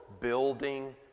building